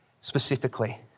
specifically